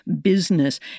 business